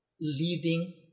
leading